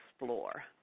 explore